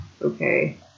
Okay